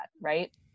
right